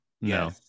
no